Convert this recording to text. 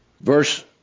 Verse